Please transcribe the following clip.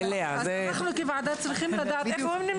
אנחנו כוועדה צריכים לדעת איפה הם נמצאים.